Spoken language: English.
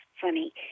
funny